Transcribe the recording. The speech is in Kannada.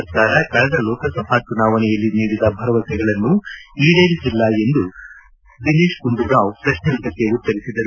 ಸರ್ಕಾರ ಕಳೆದ ಲೋಕಸಭಾ ಚುನಾವಣೆಯಲ್ಲಿ ನೀಡಿದ ಭರವಸೆಗಳನ್ನು ಈಡೇರಿಸಿಲ್ಲ ಎಂದು ಅವರು ಪ್ರಶ್ನೆಯೊಂದಕ್ಕೆ ಉತ್ತರಿಸಿದರು